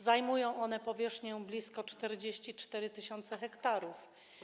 Zajmują one powierzchnię blisko 44 tys. ha.